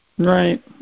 Right